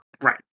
Right